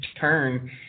turn